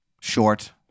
short